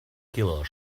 killer